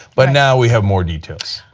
but now we have more details.